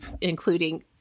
including